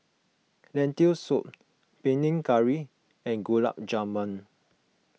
Lentil Soup Panang Curry and Gulab Jamun